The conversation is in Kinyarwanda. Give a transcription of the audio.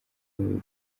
bigo